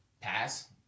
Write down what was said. Pass